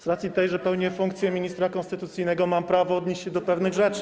Z racji tej, że pełnię funkcję ministra konstytucyjnego, mam prawo odnieść się do pewnych rzeczy.